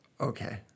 Okay